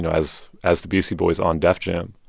know, as as the beastie boys on def jam.